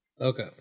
Okay